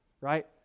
right